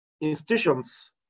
institutions